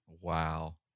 Wow